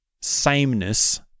sameness